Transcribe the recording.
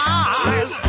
eyes